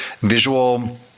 visual